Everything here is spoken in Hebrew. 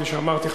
כפי שאמרתי,